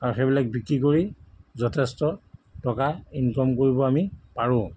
আৰু সেইবিলাক বিক্ৰী কৰি যথেষ্ট টকা ইনকাম কৰিব আমি পাৰো